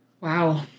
Wow